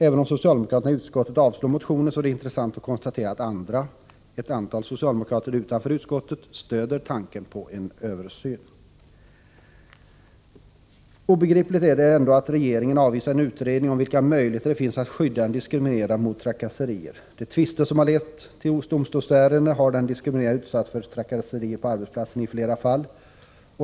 Även om socialdemokraterna i utskottet avstyrker motionen är det intressant att konstatera att andra — ett antal socialdemokrater utanför utskottet — stöder tanken på en översyn. Det är obegripligt att regeringen avvisar en utredning om vilka möjligheter det finns att skydda en diskriminerad mot trakasserier. Vid de tvister som har lett till domstolsärende har den diskriminerade utsatts för trakasserier på arbetsplatsen i flera fall.